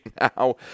now